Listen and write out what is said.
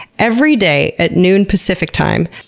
every day at noon, pacific time,